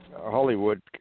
Hollywood